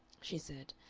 she said.